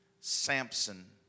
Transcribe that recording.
Samson